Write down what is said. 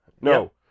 no